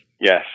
Yes